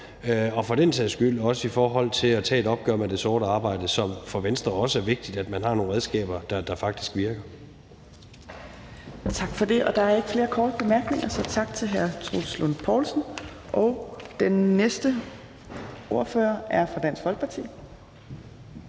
og for den sags skyld også i forhold til at tage et opgør med det sorte arbejde, hvor det for Venstre er vigtigt, at man har nogle redskaber, der faktisk virker. Kl. 10:46 Fjerde næstformand (Trine Torp): Tak for det. Der er ikke flere korte bemærkninger, så tak til hr. Troels Lund Poulsen. Den næste ordfører er fra Dansk Folkeparti.